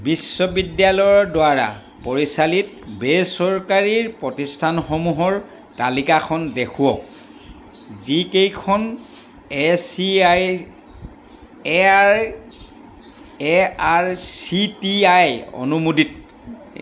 বিশ্ববিদ্যালয়ৰ দ্বাৰা পৰিচালিত বেচৰকাৰী প্ৰতিস্থানসমূহৰ তালিকাখন দেখুৱাওক যিকেইখন A C I A I A R C T E অনুমোদিত